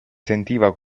sentiva